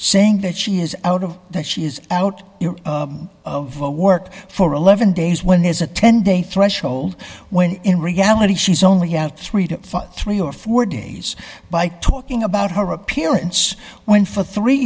saying that she is out of that she is out of work for eleven days when there's a ten day threshold when in reality she's only had three to fifty three or four days by talking about her appearance when for three